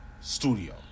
studio